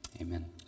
amen